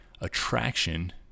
attraction